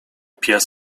pies